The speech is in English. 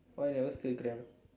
why you never steal them